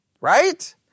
Right